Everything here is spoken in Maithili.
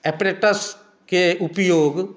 ऐपरैटसके उपयोग